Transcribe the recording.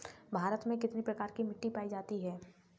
भारत में कितने प्रकार की मिट्टी पाई जाती है?